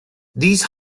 these